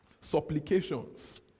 supplications